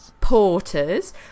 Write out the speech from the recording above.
porters